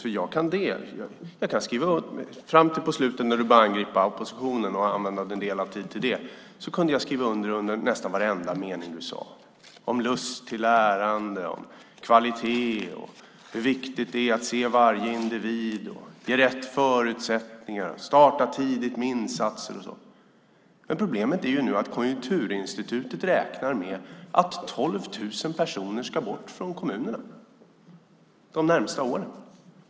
Fram till slutet av anförandet när hon började angripa oppositionen och använda tiden till det kunde jag skriva under på nästan varenda mening som sades - lust till lärande, kvalitet, hur viktigt det är att se varje individ, att ge rätt förutsättningar, att starta tidigt med insatser och så vidare. Problemet är att Konjunkturinstitutet nu räknar med att 12 000 personer ska bort från kommunerna de närmaste åren.